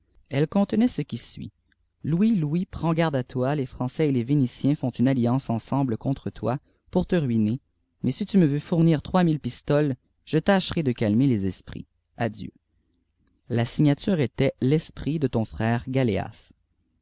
elle conleiialt ce qui suit f louis louis prends garde à toi le français et les vénitiens fi font une alliance ensemble contre loi pour te ruiner mais si tu h me vçix foîlrnir trois nluie pistoles je tsiclieirai de calmer fk ïi esprits adieu la sîgntiture était u l'esprit de ton frère galéas